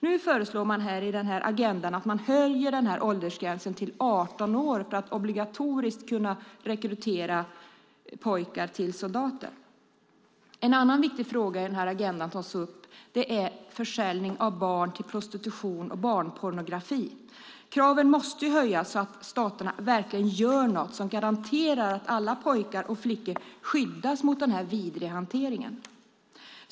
Nu föreslås i agendan att åldersgränsen höjs till 18 år för att obligatoriskt kunna rekrytera pojkar till soldater. En annan viktig fråga som tas upp i agendan är försäljning av barn till prostitution och barnpornografi. Kraven måste höjas, så att staterna verkligen gör något som garanterar att alla flickor och pojkar skyddas mot denna vidriga hantering.